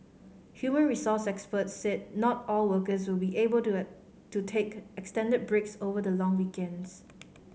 human resource experts said not all workers will be able to it to take extended breaks over the long weekends